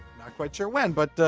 not quite sure when, but,